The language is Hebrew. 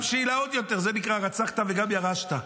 ועכשיו שאלה עוד יותר, זה נקרא הרצחת וגם ירשת: